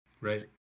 Right